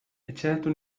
etxeratu